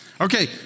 Okay